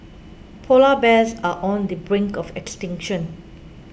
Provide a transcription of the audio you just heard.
Polar Bears are on the brink of extinction